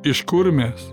iš kur mes